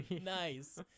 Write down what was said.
Nice